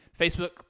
Facebook